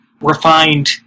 refined